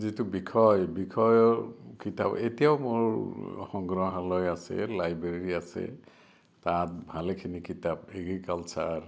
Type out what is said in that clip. যিটো বিষয় বিষয়ৰ কিতাপ এতিয়াও মোৰ সংগ্ৰহালয় আছে লাইব্ৰেৰী আছে তাত ভালেখিনি কিতাপ এগ্ৰিকালচাৰ